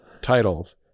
titles